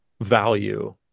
value